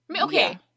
Okay